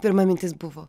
pirma mintis buvo